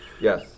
Yes